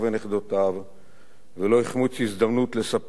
ולא החמיץ הזדמנות לספר על אודותיהם כשנשאל,